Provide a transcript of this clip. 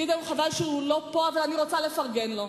גדעון, חבל שהוא לא פה, אבל אני רוצה לפרגן לו.